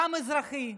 גם אזרחי,